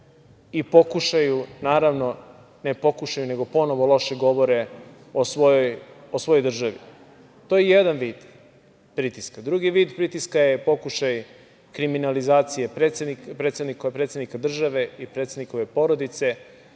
i pokušaju, ne pokušaju, nego ponovo loše govore o svojoj državi. To je jedan vid pritiska. Drugi vid pritiska je pokušaj kriminalizacije predsednika države i predsednikove porodice. Treći